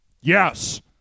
Yes